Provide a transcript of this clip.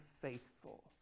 faithful